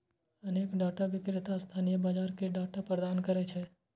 अनेक डाटा विक्रेता स्थानीय बाजार कें डाटा प्रदान करै छै